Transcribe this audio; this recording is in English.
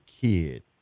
kid